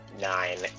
nine